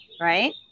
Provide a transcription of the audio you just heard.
right